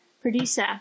producer